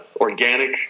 organic